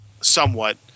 somewhat